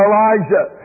Elijah